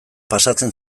pasatzen